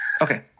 Okay